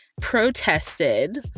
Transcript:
protested